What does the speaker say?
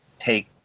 take